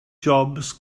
jobs